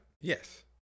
Yes